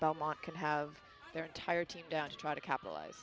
belmont could have their entire team down to try to capitalize